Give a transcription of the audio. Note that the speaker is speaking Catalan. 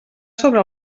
sobre